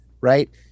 right